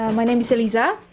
and my name is eliza.